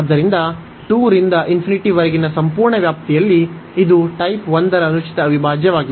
ಆದ್ದರಿಂದ 2 ರಿಂದ ವರೆಗಿನ ಸಂಪೂರ್ಣ ವ್ಯಾಪ್ತಿಯಲ್ಲಿ ಇದು ಟೈಪ್ 1 ರ ಅನುಚಿತ ಅವಿಭಾಜ್ಯವಾಗಿದೆ